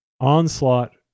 Onslaught